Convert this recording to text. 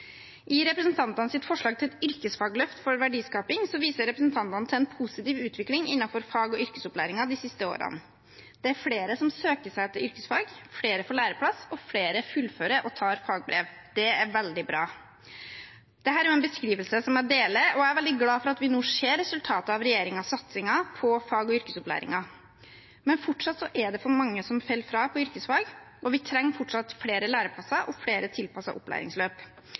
I representantenes forslag til et yrkesfagløft for verdiskaping viser representantene til en positiv utvikling innenfor fag- og yrkesopplæringen de siste årene. Det er flere som søker seg til yrkesfag. Flere får læreplass, og flere fullfører og tar fagbrev. Det er veldig bra. Dette er en beskrivelse som jeg deler, og jeg er veldig glad for at vi nå ser resultater av regjeringens satsinger på fag- og yrkesopplæringen. Men fortsatt er det for mange som faller fra på yrkesfag, og vi trenger fortsatt flere læreplasser og flere tilpassede opplæringsløp.